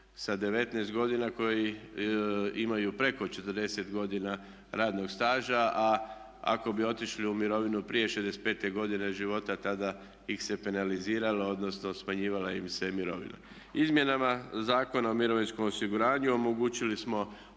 sa 19 godina koji imaju preko 40 godina radnog staža a ako bi otišli u mirovinu prije 65 godine života tada bi ih se penaliziralo odnosno smanjivala im se mirovina. Izmjenama Zakona o mirovinskom osiguranju omogućili smo